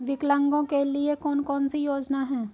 विकलांगों के लिए कौन कौनसी योजना है?